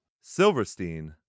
Silverstein